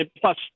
plus